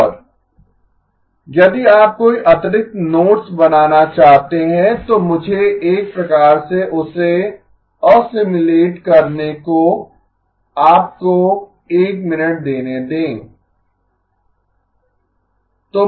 और यदि आप कोई अतिरिक्त नोट्स बनाना चाहते हैं तो मुझे एक प्रकार से उसे असिमिलेट करने को आपको एक मिनट देने दें